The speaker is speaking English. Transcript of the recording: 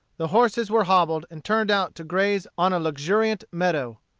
the horses were hobbled and turned out to graze on a luxuriant meadow.